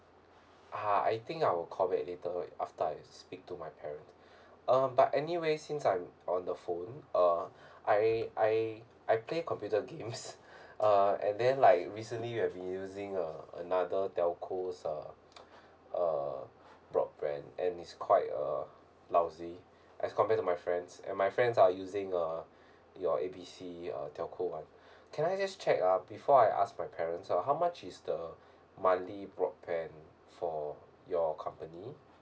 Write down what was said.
ah I think I'll call back later after I speak to my parent um but anyway since I'm on the phone uh I I I play computer games uh and then like recently we've have been using a another telcos uh uh broadband and is quite err lousy as compared to my friends and my friends are using uh your A B C uh telco [one] can I just check ah before I ask my parents how much is the monthly broadband for your company